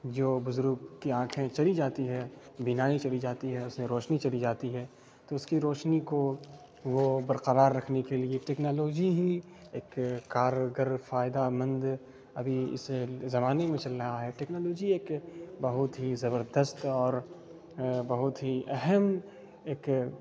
جو بزرگ کی آنکھیں چلی جاتی ہے بینائی چلی جاتی ہے اسے روشنی چلی جاتی ہے تو اس کی روشنی کو وہ برقرار رکھنے کے لیے ٹیکنالوجی ہی ایک کارگر فائدہ مند ابھی اسے زمانے میں چل رہا ہے ٹیکنالوجی ایک بہت ہی زبردست اور بہت ہی اہم ایک